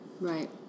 Right